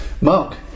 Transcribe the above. Mark